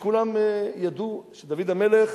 וכולם ידעו שדוד המלך,